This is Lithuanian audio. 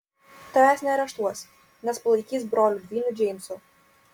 tavęs neareštuos nes palaikys broliu dvyniu džeimsu